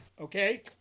okay